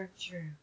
true